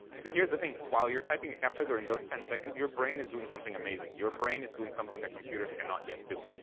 so here's the thing. while you're typing a captcha, during those ten seconds your brain is doing something amazing. your brain is doing something that computers cannot yet do.